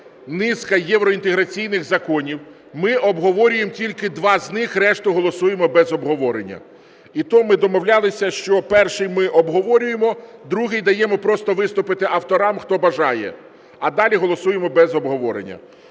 низка євроінтеграційних законів, ми обговорюємо тільки два з них, решту голосуємо без обговорення. І то ми домовлялися, що перший ми обговорюємо, другий даємо просто виступити авторам, хто бажає, а далі голосуємо без обговорення.